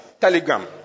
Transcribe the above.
Telegram